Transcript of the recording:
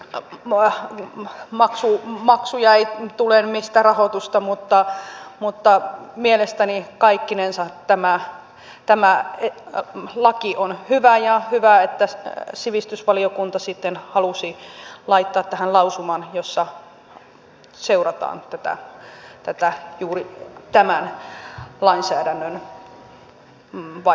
a moro san maksii maksuja ei tule niin mistä rahoitusta mutta mielestäni kaikkinensa tämä laki on hyvä ja hyvä että sivistysvaliokunta sitten halusi laittaa tähän lausuman jossa seurataan juuri tämän lainsäädännön vaikutusta